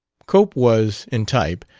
cope was, in type,